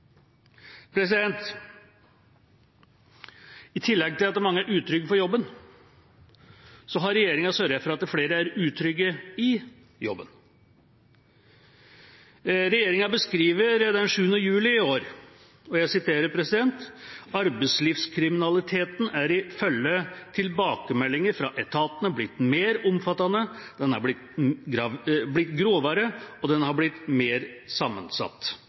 I tillegg til at mange er utrygge for jobben, har regjeringa sørget for at flere er utrygge i jobben. Regjeringa beskrev dette den 7. juli i år: «Arbeidslivskriminaliteten er ifølge tilbakemeldinger fra etatene blitt mer omfattende, den er blitt grovere og den er blitt mer sammensatt.»